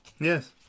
Yes